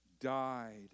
died